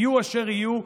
יהיו אשר יהיו,